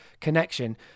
connection